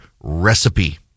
recipe